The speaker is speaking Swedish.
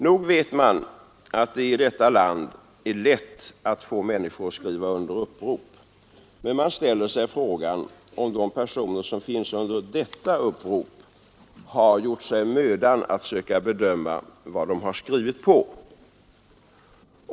Nog vet man att det i detta land är lätt att få människor att skriva under upprop, men man ställer sig frågan om de personer som finns under detta upprop har gjort sig mödan att söka bedöma vad de har skrivit på.